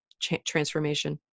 transformation